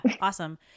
Awesome